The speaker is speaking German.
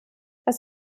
das